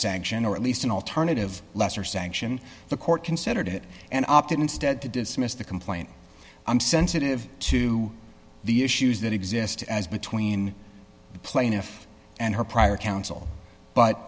sanction or at least an alternative lesser sanction the court considered it and opted instead to dismiss the complaint i'm sensitive to the issues that exist as between the plaintiff and her prior counsel but